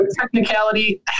technicality